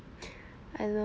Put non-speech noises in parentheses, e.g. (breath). (breath) I